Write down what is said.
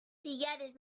sillares